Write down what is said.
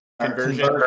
conversion